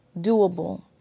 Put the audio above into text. doable